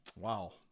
wow